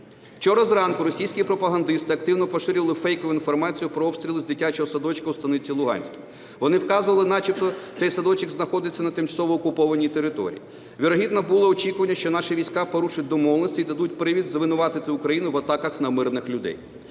Вчора зранку російські пропагандисти активно поширювали фейкову інформацію про обстріли дитячого садочка у Станиці Луганській, вони вказували, начебто цей садочок знаходиться на тимчасово окупованій території. Вірогідно, було очікування, що наші війська порушать домовленості і дадуть привід звинуватити Україну в атаках на мирних людей.